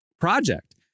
project